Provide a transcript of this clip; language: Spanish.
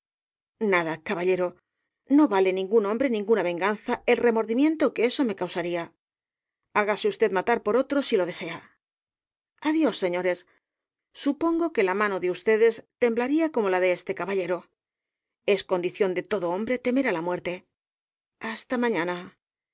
nada caballero no vale ningún hombre ninguna venganza el remordimiento que eso me causaría hágase usted matar por otro si lo desea adiós señores supongo que la mano de ustedes temblaría como la de este caballero es condición de todo hombre temer á la muerte hasta mañana